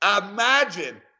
Imagine